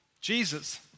Jesus